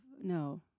no